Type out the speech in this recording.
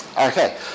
Okay